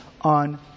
on